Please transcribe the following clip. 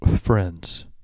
Friends